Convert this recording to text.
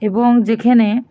এবং যেখানে